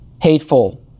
hateful